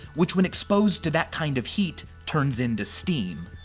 which, when exposed to that kind of heat, turns into steam.